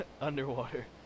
underwater